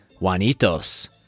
Juanitos